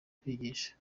kwigisha